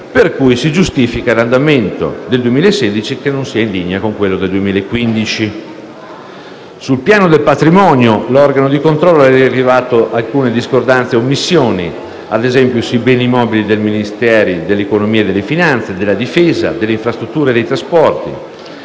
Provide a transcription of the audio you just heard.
per cui si giustifica l'andamento del 2016 non in linea con quello del 2015. Sul piano del patrimonio, l'organo di controllo ha rilevato discordanze e omissioni sui beni immobili dei Ministeri dell'economia e delle finanze, della difesa e delle infrastrutture e dei trasporti;